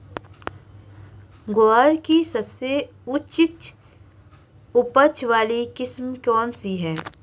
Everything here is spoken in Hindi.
ग्वार की सबसे उच्च उपज वाली किस्म कौनसी है?